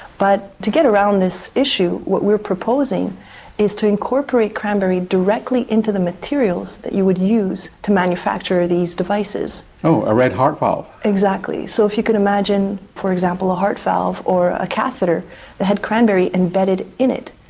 but to get around this issue what we are proposing is to incorporate cranberry directly into the materials that you would use to manufacture these devices. oh, a red heart valve! exactly. so if you could imagine, for example, a heart valve or a catheter that had cranberry embedded in it,